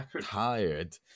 Tired